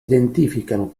identificano